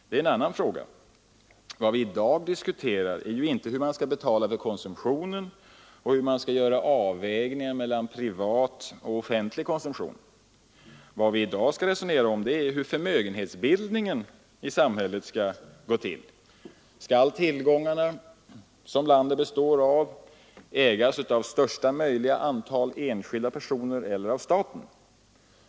Vad vi i dag skall diskutera är ju inte hur man skall betala för konsumtionen och hur man skall göra avvägningen mellan privat och offentlig konsumtion, utan hur förmögenhetsbildningen i samhället skall gå till. Skall tillgångarna, som landet består av, ägas av största möjliga antal enskilda personer eller av staten?